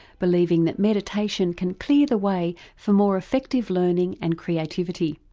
believing that meditation can clear the way for more effective learning and creativity.